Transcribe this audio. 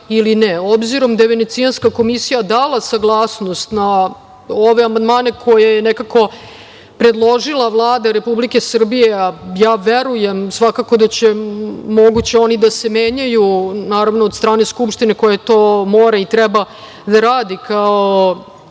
ne. Obzirom da je Venecijanska komisija dala saglasnost na ove amandmane koje je nekako predložila Vlada Republike Srbije, a ja verujem, svakako da je moguće da će oni da se menjaju, naravno, od strane Skupštine koja to mora i treba da radi, kao